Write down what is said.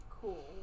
cool